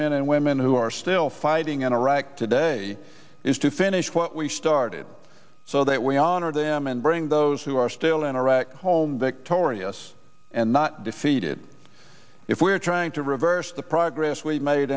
men and women who are still fighting in iraq today is to finish what we started so that we honor them and bring those who are still in iraq home victorious and not defeated if we're trying to reverse the progress we've made